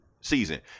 season